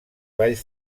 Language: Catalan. valls